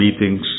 meetings